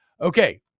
Okay